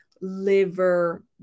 liver